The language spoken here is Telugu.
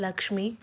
లక్ష్మి